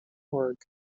org